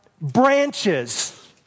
branches